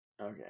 Okay